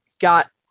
got